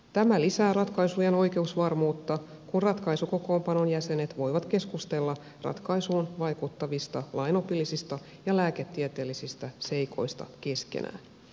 tämä lisää ratkaisujen oikeusvarmuutta kun ratkaisukokoonpanon jäsenet voivat keskustella ratkaisuun vaikuttavista lainopillisista ja lääketieteellisistä seikoista keskenään